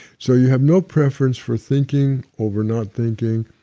so you have no preference for thinking over not thinking,